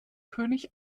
könig